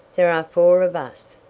there are four of us.